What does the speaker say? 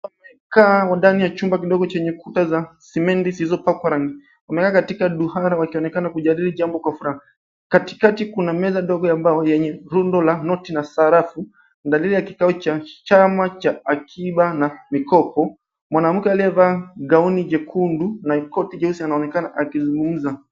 Wamekaa ndani ya chumba kidogo chenye kuta za sementi zilizopakwa rangi. Wamekaa katika duara wakionekana kujadili jambo kwa furaha. Katikati kuna meza ndogo ya mbao yenye rundo la noti na sarafu dalili ya kikao cha chama cha akiba na mikopo. Mwanamke aliyevaa gauni jekundu na koti jeusi anaonekana akizungumza.